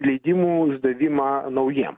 leidimų išdavimą naujiem